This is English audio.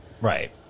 right